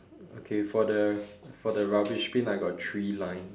okay for the for the rubbish bin I got three line